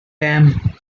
damn